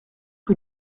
que